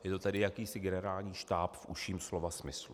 Je to tedy jakýsi generální štáb v užším slova smyslu.